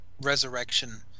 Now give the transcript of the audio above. resurrection